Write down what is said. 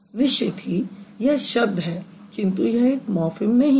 निश्चित ही यह शब्द है किन्तु यह एक मॉर्फ़िम नहीं है